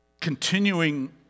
continuing